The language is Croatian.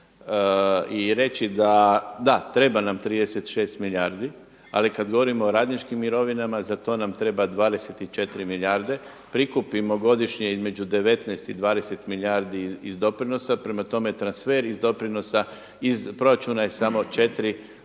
I reći da, da treba nam 36 milijardi. Ali kad govorimo o radničkim mirovinama za to nam treba 24 milijarde, prikupimo godišnje između 19 i 20 milijardi iz doprinosa, prema tome, transfer iz doprinosa, iz proračuna je samo 4 odnosno